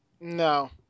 No